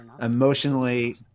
emotionally